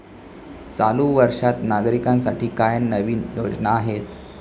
चालू वर्षात नागरिकांसाठी काय नवीन योजना आहेत?